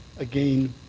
again,